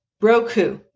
Roku